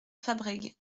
fabrègues